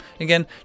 again